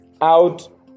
out